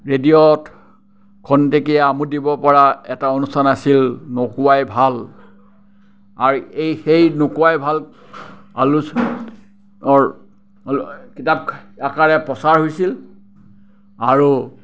ৰেডিঅ'ত ক্ষন্তেকীয়া আমোদ দিব পৰা এটা অনুষ্ঠান আছিল নোকোৱাই ভাল আৰু এই সেই নোকোৱাই ভাল আলোচনীখনৰ কিতাপ আকাৰে প্ৰচাৰ হৈছিল আৰু